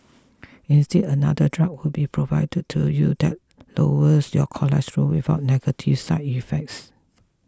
instead another drug would be provided to you that lowers your cholesterol without negative side effects